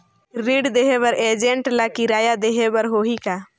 ऋण देहे बर एजेंट ला किराया देही बर होही का?